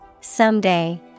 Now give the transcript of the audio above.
Someday